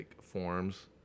forms